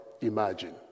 imagine